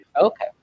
okay